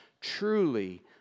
truly